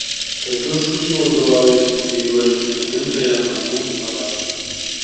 tokiu šūkiu vadovaujasi prijuosčių gamintoja namų madam